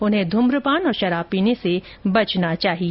उन्हें धूम्रपान और शराब पीने से बचना चाहिए